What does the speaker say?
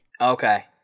Okay